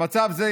במצב זה,